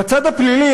בצד הפלילי,